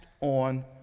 on